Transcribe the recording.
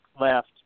left